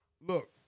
Look